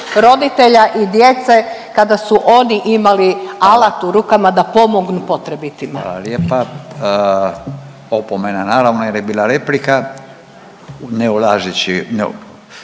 roditelja i djece kada su oni imali alat u rukama da pomognu potrebitima.